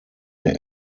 der